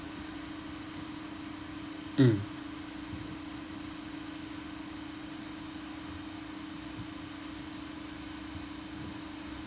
mm